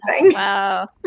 Wow